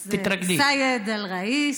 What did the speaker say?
אז סיידי א-ראיס.